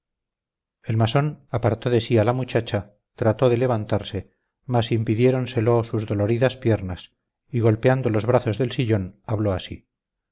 el masón apartó de sí a la muchacha trató de levantarse mas impidiéronselo sus doloridas piernas y golpeando los brazos del sillón habló así